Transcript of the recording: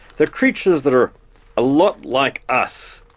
they're creatures that are a lot like us,